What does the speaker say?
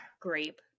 grape